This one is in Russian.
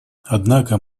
однако